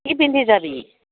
কি পিন্ধি যাবি